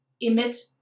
emits